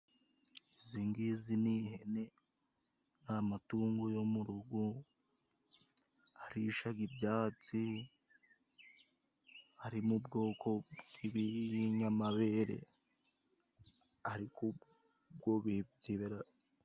Izi ngizi, n’ihene n’amatungo yo mu rugo, arishaga ibyatsi. Harimo ubwoko bw’inyamabere, ariko bwo byibera.